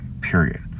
Period